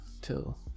till